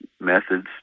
methods